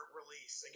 release